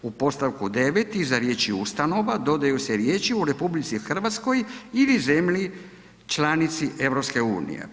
U podstavku 9. iza riječi ustanova, dodaju se riječi u RH ili zemlji članici EU.